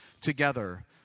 together